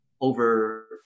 over